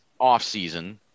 offseason